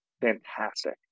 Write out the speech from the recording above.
fantastic